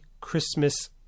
Christmas